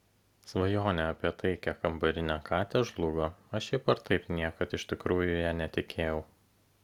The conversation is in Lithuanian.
svajonė apie taikią kambarinę katę žlugo aš šiaip ar taip niekad iš tikrųjų ja netikėjau